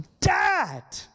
dad